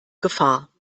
gefahr